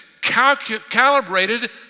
calibrated